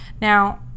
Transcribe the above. Now